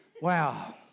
wow